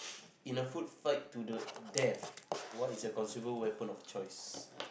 in a foot fight to the death what is a considerable weapon of choice